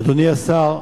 אדוני השר,